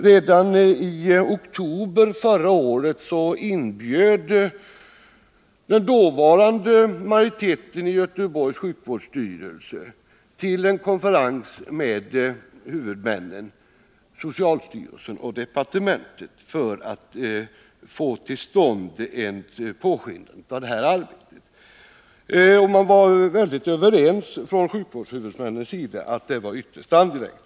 Redan i oktober förra året inbjöd den dåvarande majoriteten i Göteborgs sjukvårdsstyrelse till en konferens med huvudmännen — socialstyrelsen och departementet — för att få till stånd ett påskyndande av det här arbetet. Man var från sjukvårdshuvudmännens sida överens om att det var ytterst angeläget.